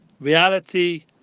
reality